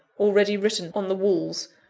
already written on the walls,